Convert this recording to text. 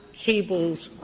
cables,